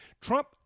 Trump